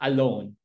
Alone